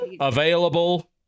available